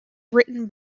written